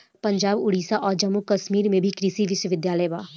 पंजाब, ओडिसा आ जम्मू में भी कृषि विश्वविद्यालय बा